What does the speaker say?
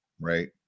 right